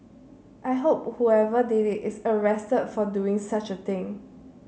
I hope whoever did it is arrested for doing such a thing